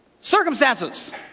circumstances